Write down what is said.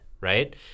right